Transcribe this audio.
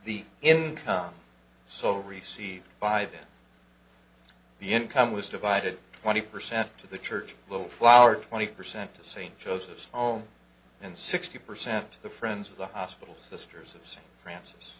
the income so received by the income was divided twenty percent to the church a little flower twenty percent to st joseph's home and sixty percent the friends of the hospital sisters of st franc